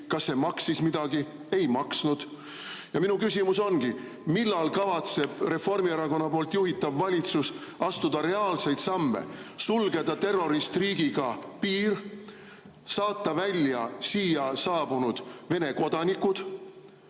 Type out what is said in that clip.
Kas see maksis midagi? Ei maksnud. Minu küsimus ongi: millal kavatseb Reformierakonna juhitav valitsus astuda reaalseid samme – sulgeda terroristriigiga piir, saata välja siia saabunud Vene kodanikud